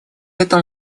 этом